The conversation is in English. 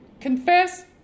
confess